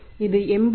இது 87